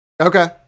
Okay